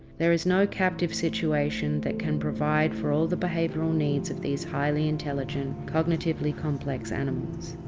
there is no captive situation that can provide for all the behavioural needs of these highly intelligent, cognitively complex animals.